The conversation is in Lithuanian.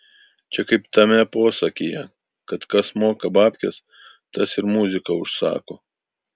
čia kaip tame posakyje kad kas moka babkes tas ir muziką užsako